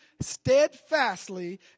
steadfastly